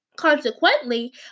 Consequently